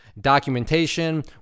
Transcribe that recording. documentation